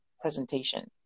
presentation